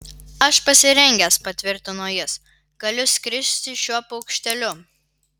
aš pasirengęs patvirtino jis galiu skristi šiuo paukšteliu